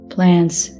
Plants